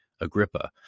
Agrippa